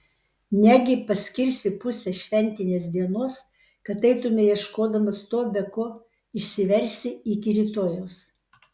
negi paskirsi pusę šventinės dienos kad eitumei ieškodamas to be ko išsiversi iki rytojaus